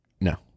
no